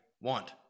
want